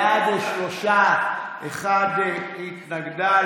בעד, שלושה, אחת התנגדה.